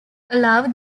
allow